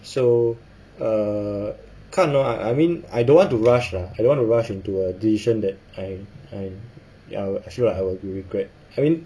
so err 看 lor I I mean I don't want to rush lah I don't want to rush into a decision that I I ya actually what I will do also